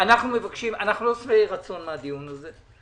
אנחנו לא שבעי רצון מהדיון הזה.